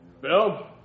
Bill